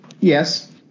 Yes